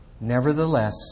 Nevertheless